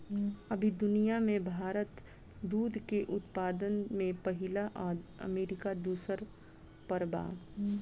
अभी दुनिया में भारत दूध के उत्पादन में पहिला आ अमरीका दूसर पर बा